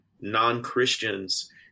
non-Christians